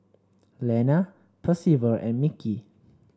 Lana Percival and Mickie